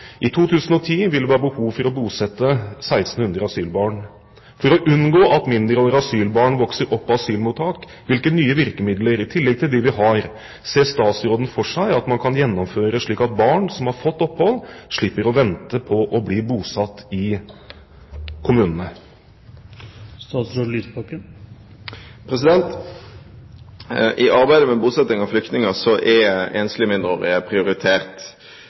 I 2010 vil det være behov for å bosette 1 600 asylbarn. For å unngå at mindreårige asylbarn vokser opp på asylmottak, hvilke nye virkemidler – i tillegg til dem vi har – ser statsråden for seg at man kan gjennomføre, slik at barn som har fått opphold, slipper å vente på å bli bosatt i en kommune?» I arbeidet med bosetting av flyktninger er enslige mindreårige prioritert.